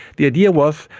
the idea was,